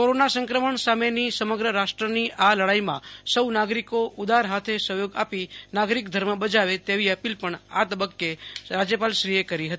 corona સંક્રમણ સામેની સમગ્ર રાષ્ટ્રની આ લડાઇમાં સૌ નાગરિકો ઉદાર હાથે સહયોગ આપી નાગરિક ધર્મ બજાવે તેવી અપીલ પણ આ તકે રાજ્યપાલએ કરી છે